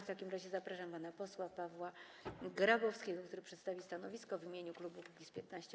W takim razie zapraszam pana posła Pawła Grabowskiego, który przedstawi stanowisko w imieniu klubu Kukiz’15.